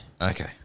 Okay